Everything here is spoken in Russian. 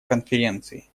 конференции